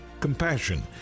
compassion